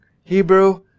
Hebrew